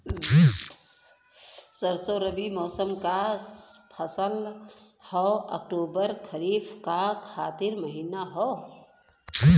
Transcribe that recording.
सरसो रबी मौसम क फसल हव अक्टूबर खरीफ क आखिर महीना हव